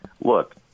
look